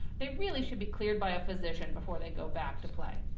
they really should be cleared by a physician, before they go back to play.